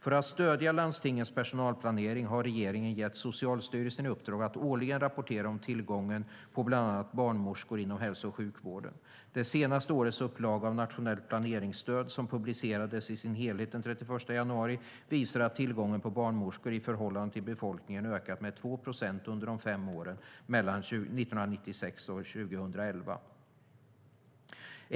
För att stödja landstingens personalplanering har regeringen gett Socialstyrelsen i uppdrag att årligen rapportera om tillgången på bland annat barnmorskor inom hälso och sjukvården. Det senaste årets upplaga av Nationellt planeringsstöd , som publicerades i sin helhet den 31 januari, visar att tillgången på barnmorskor i förhållande till befolkningen ökat med 2 procent under de fem åren 2006-2011.